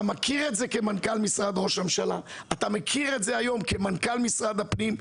אתה מכיר את זה היום כמנכ"ל משרד הפנים.